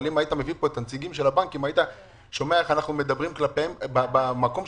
אבל אם היית מביא לפה את הנציגים של הבנקים,